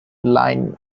line